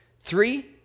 Three